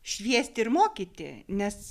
šviesti ir mokyti nes